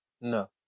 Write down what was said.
No